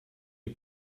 die